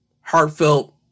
heartfelt